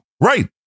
right